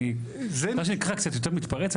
אני מה שנקרא קצת יותר מתפרץ.